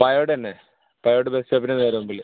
പായോടുതന്നെ പായോട് ബസ്റ്റോപ്പിന് നേരെ മുമ്പിൽ